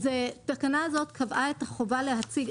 התקנה הזאת קבעה את החובה להציג.